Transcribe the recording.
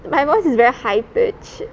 my voice is very high-pitched